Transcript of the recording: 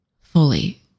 fully